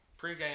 pregame